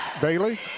Bailey